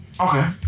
Okay